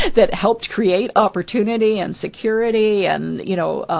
that helped create opportunity and security and, you know,